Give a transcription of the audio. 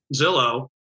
Zillow